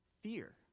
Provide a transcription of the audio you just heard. Fear